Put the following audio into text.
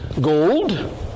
gold